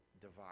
divide